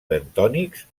bentònics